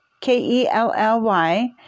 K-E-L-L-Y